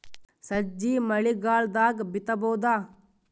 ಸಜ್ಜಿ ಮಳಿಗಾಲ್ ದಾಗ್ ಬಿತಬೋದ?